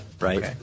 right